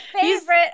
favorite